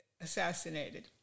assassinated